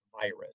virus